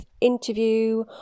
interview